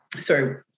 sorry